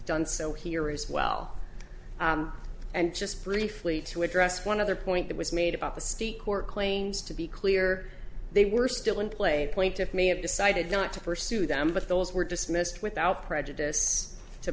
done so here as well and just briefly to address one other point that was made about the state court claims to be clear they were still in play point to me and decided not to pursue them but those were dismissed without prejudice to